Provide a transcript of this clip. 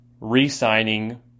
re-signing